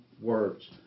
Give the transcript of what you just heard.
words